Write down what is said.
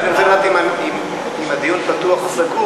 אני שואל משום שאני רוצה לדעת אם הדיון פתוח או סגור.